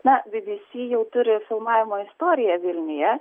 na by by sy jau turi filmavimo istoriją vilniuje